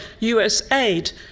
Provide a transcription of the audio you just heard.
USAID